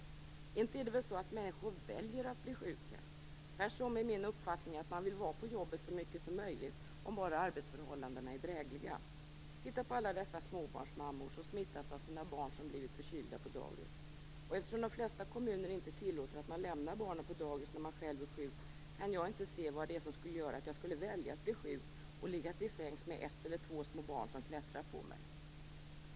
Inte är det väl så att människor väljer att bli sjuka. Tvärtom är det min uppfattning att man vill vara på jobbet så mycket som möjligt om bara arbetsförhållandena är drägliga. Titta på alla dessa småbarnsmammor som smittas av sina barn som blivit förkylda på dagis! Eftersom de flesta kommuner inte tillåter att man lämnar barnen på dagis när man själv är sjuk, kan jag inte se vad det är som skulle göra att de väljer att bli sjuka och ligga till sängs med ett eller två små barn som klättrar på dem.